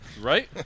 Right